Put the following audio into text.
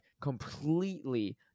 completely